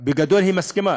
היא בגדול מסכימה.